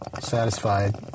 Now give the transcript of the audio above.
satisfied